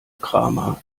kramer